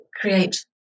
create